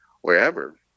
wherever